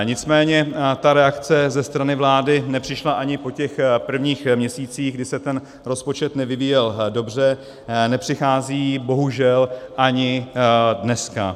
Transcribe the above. Nicméně ta reakce ze strany vlády nepřišla ani po těch prvních měsících, kdy se ten rozpočet nevyvíjel dobře, nepřichází bohužel ani dneska.